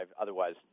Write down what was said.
Otherwise